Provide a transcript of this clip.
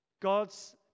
God's